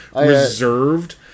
reserved